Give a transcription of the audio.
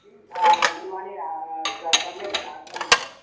किं दूरवाणी सा सम्यक् भाषणं न